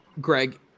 Greg